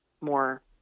more